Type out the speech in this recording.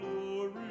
glory